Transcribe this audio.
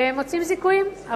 ומוצאים זיכויים,